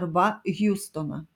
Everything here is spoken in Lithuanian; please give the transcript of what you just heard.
arba hjustoną